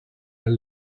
mal